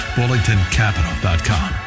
bullingtoncapital.com